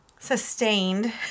sustained